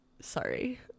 Sorry